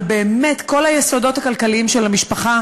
אבל באמת כל היסודות הכלכליים של המשפחה